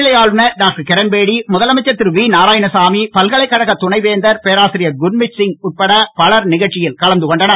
நிலை ஆளுநர் டாக்டர் கிரண்பேடி முதலமைச்சர் திரு வி துணை நாராயணசாமி பல்கலைக்கழக துணை வேந்தர் பேராசிரியர் குருமித்சிங் உட்பட பலர் நிகழ்ச்சியில் கலந்து கொண்டனர்